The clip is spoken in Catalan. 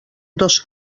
dos